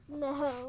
No